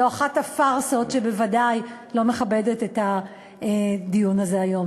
זאת אחת הפארסות שבוודאי לא מכבדת את הדיון הזה היום.